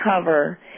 cover